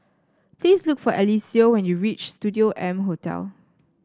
please look for Eliseo when you reach Studio M Hotel